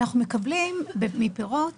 אנחנו מקבלים מפירות